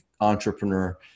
entrepreneur